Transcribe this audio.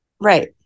Right